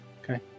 Okay